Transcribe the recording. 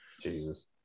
Jesus